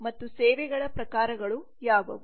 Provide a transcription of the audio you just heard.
ಮತ್ತು ಸೇವೆಗಳ ಪ್ರಕಾರಗಳು ಯಾವವು